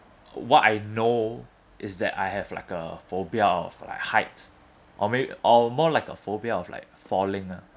what I know is that I have like a phobia of like heights or may~ or more like a phobia of like falling ah